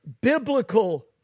biblical